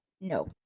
No